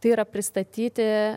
tai yra pristatyti